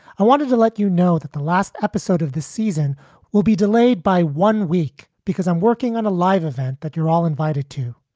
i wanted to let you know that the last episode of the season will be delayed by one week because i'm working on a live event that you're all invited to.